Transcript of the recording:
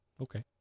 Okay